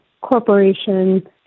corporation